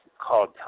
called